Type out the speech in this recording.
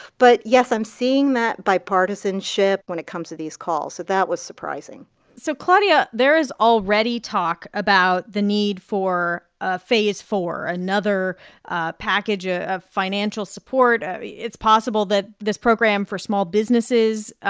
but yes, i'm seeing that bipartisanship when it comes to these calls, so that was surprising so claudia, there is already talk about the need for ah phase four, another ah package ah of financial support. it's possible that this program for small businesses, ah